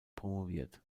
promoviert